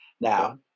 Now